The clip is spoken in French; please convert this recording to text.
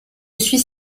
suis